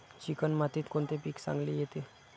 Chicken मातीत कोणते पीक चांगले येते?